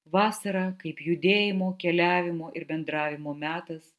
vasara kaip judėjimo keliavimo ir bendravimo metas